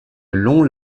long